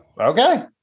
okay